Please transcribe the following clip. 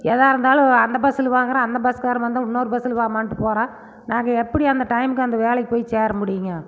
எதாக இருந்தாலும் அந்த பஸ்சில் போங்கிறான் அந்த பஸ்காரன் வந்தால் இன்னொரு பஸ்சில் வாம்மான்ட்டு போகிறான் நாங்கள் எப்படி அந்த டைம்க்கு அந்த வேலைக்கி போய் சேர முடியும்ங்க